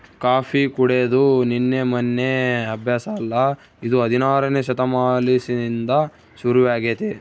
coffee ಕುಡೆದು ನಿನ್ನೆ ಮೆನ್ನೆ ಅಭ್ಯಾಸ ಅಲ್ಲ ಇದು ಹದಿನಾರನೇ ಶತಮಾನಲಿಸಿಂದ ಶುರುವಾಗೆತೆ